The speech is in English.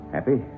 Happy